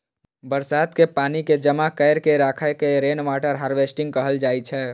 बरसात के पानि कें जमा कैर के राखै के रेनवाटर हार्वेस्टिंग कहल जाइ छै